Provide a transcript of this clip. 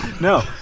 No